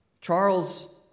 Charles